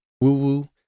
woo-woo